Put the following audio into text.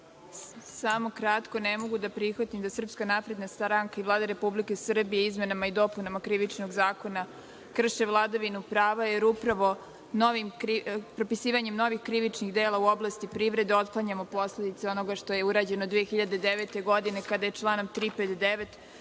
Samo kratko, ne mogu da prihvatim da se SNS i Vlada Republike Srbije izmenama i dopunama Krivičnog zakona krše vladavinu prava, jer upravo propisivanjem novih krivičnih dela u oblasti privrede otklanjamo posledice onoga što je urađeno 2009. godine kada je članom 359.